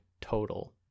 total